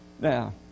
Now